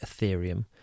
Ethereum